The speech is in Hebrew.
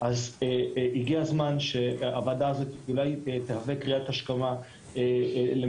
אז הגיע הזמן שהוועדה הזאת אולי תהווה קריאת השכמה למשטרת